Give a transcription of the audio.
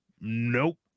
Nope